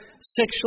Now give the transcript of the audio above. sexual